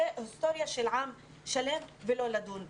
היסטוריה של עם שלם ולא לדון בה.